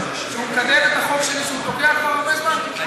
שהוא מקדם את החוק שלי שהוא תוקע כבר הרבה זמן?